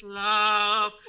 love